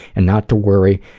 and not to worry,